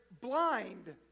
blind